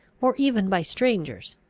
or even by strangers.